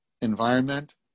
environment